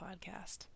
podcast